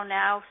now